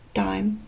time